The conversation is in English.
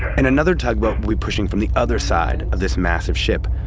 and another tugboat, we'll be pushing from the other side of this massive ship,